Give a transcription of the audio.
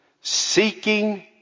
seeking